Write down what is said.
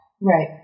Right